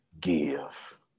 give